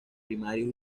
primarios